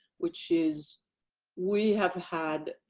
which is we have had